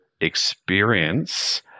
experience